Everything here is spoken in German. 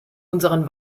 unseren